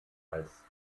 als